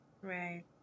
Right